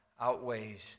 outweighs